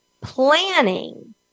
planning